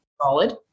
solid